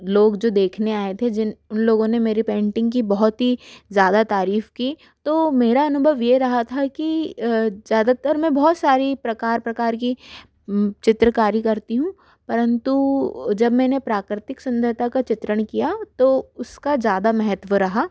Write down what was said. लोग जो देखने आए थे जिन उन लोगों ने मेरी पेंटिंग की बहुत ही ज़्यादा तारीफ की तो मेरा अनुभव ये रहा था कि ज़्यादातर मैं बहुत सारी प्रकार प्रकार की चित्रकारी करती हूँ परंतु जब मैंने प्राकर्तिक सुंदरता का चित्रण किया तो उसका ज़्यादा महत्व रहा